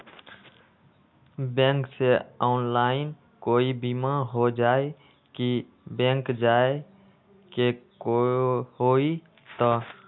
Bank से online कोई बिमा हो जाई कि बैंक जाए के होई त?